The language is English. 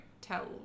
tell